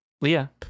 Leah